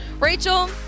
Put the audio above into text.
Rachel